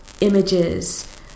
images